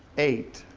eight.